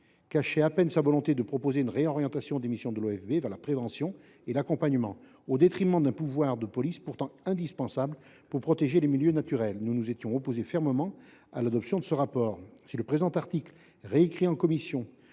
cachait à peine la volonté de proposer une réorientation des missions de l’OFB vers la prévention et l’accompagnement, au détriment d’un pouvoir de police pourtant indispensable pour protéger les milieux naturels. Voilà pourquoi nous nous étions fermement opposés à l’adoption de ce rapport. L’article 6, tel qu’il a été réécrit en commission,